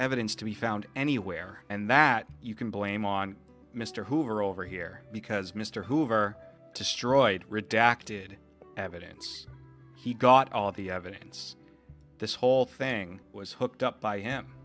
evidence to be found anywhere and that you can blame on mr hoover over here because mr hoover destroyed redacted evidence he got all of the evidence this whole thing was hooked up by him